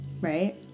Right